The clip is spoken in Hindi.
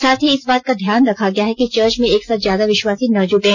साथ ही इस बात का ध्यान रखा गया है कि चर्च में एक साथ ज्यादा विष्वासी न जुटें